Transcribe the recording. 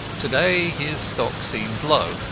to-day his stock seemed low,